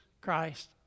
Christ